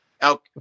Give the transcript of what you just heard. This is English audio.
out